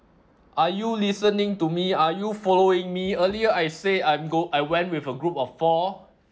are you listening to me are you following me earlier I say I'm go I went with a group of four